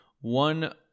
one